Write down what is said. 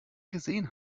gesehen